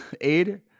aid